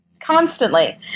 constantly